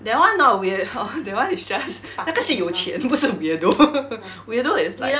that [one] not weird lor that [one] is just 那个是有钱不是 weirdo weirdo is like